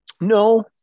No